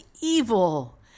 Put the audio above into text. evil